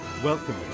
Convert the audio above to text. Welcome